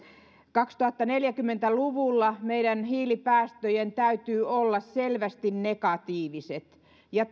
kaksituhattaneljäkymmentä luvulla meidän hiilipäästöjemme täytyy olla selvästi negatiiviset ja